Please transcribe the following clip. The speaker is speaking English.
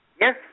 Yes